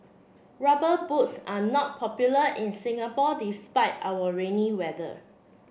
rubber boots are not popular in Singapore despite our rainy weather